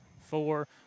four